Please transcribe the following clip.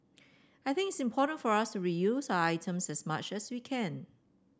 I think it's important for us to reuse items as much as we can